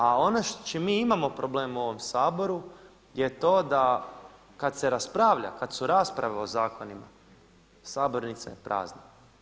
A ono s čim mi imamo problem u ovom Saboru je to da kad se raspravlja, kad su rasprave o zakonima sabornica je prazna.